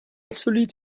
solid